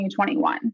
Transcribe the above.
2021